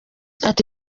ati